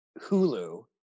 Hulu